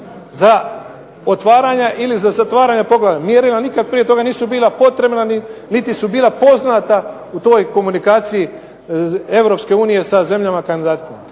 za otvaranja ili za zatvaranja poglavlja. Mjerila nikad prije toga nisu bila potrebna niti su bila poznata u toj komunikaciji EU sa zemljama kandidatima.